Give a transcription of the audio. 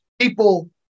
people